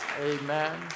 amen